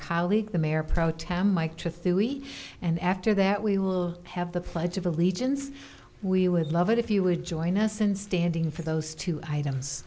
weeks and after that we will have the pledge of allegiance we would love it if you would join us in standing for those two items